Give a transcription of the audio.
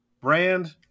Brand